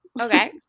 Okay